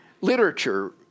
literature